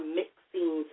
mixing